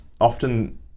often